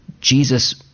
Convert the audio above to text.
Jesus